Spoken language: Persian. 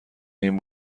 این